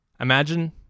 Imagine